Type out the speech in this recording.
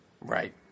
Right